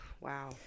wow